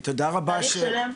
זה תהליך שלם.